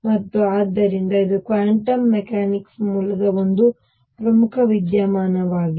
ಮತ್ತು ಆದ್ದರಿಂದ ಇದು ಕ್ವಾಂಟಮ್ ಮೆಕ್ಯಾನಿಕಲ್ ಮೂಲದ ಒಂದು ಪ್ರಮುಖ ವಿದ್ಯಮಾನವಾಗಿದೆ